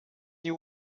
you